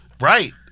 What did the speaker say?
Right